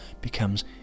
becomes